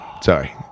Sorry